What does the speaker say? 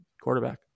quarterback